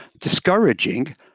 discouraging